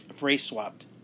race-swapped